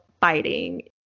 fighting